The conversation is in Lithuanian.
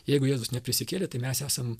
jeigu jėzus neprisikėlė tai mes esam